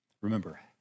Remember